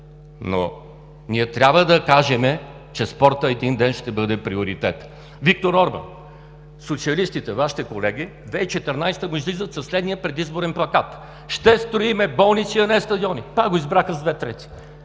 но ние трябва да кажем, че спортът един ден ще бъде приоритет. Виктор Орбан – социалистите, Вашите колеги, в 2014 г. излизат със следния предизборен плакат: „Ще строим болници, а не стадиони!“. Пак го избраха с две трети,